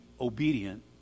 obedient